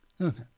Okay